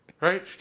right